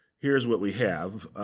here is what we have.